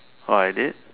oh I did